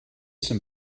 some